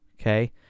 Okay